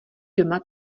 doma